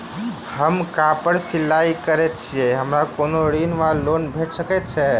हम कापड़ सिलाई करै छीयै हमरा कोनो ऋण वा लोन भेट सकैत अछि?